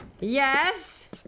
Yes